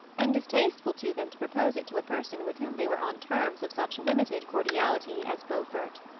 and distasteful to them to propose it to a person with whom they were on terms of such limited cordiality as beaufort.